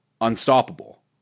unstoppable